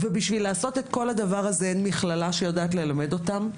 בשביל לעשות את כל הדבר הזה אין מכללה שיודעת ללמד אותם,